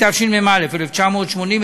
התשמ"א 1980,